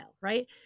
right